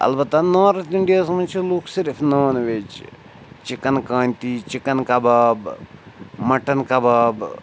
اَلبتہ نارٕتھ اِنٛڈیاہَس منٛز چھِ لُکھ صِرف نان وٮ۪ج چِکَن کانتی چِکَن کَباب مَٹَن کَباب